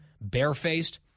barefaced